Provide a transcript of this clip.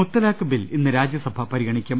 മുത്തലാഖ് bill ഇന്ന് രാജ്യസഭ പരിഗണിക്കും